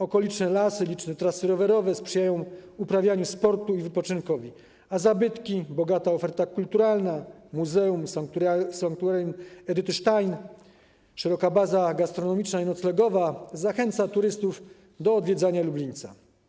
Okoliczne lasy, liczne trasy rowerowe sprzyjają uprawianiu sportu i wypoczynkowi, a zabytki, bogata oferta kulturalna, muzeum, sanktuarium Edyty Stein i szeroka baza gastronomiczna i noclegowa zachęcają turystów do odwiedzania Lublińca.